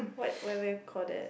what whatever you call that